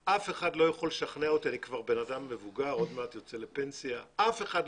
נכון, אנשים לא